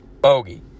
bogey